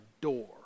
door